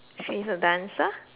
a